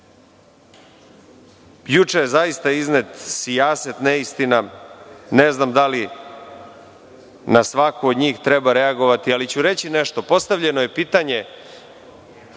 deli. Juče je zaista iznet sijaset neistina. Ne znam da li na svaku od njih treba reagovati, ali ću reći nešto. Postavljeno je pitanje.